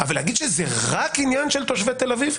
אבל להגיד שזה רק עניין של תושבי תל אביב,